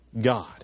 God